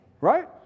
right